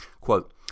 Quote